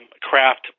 craft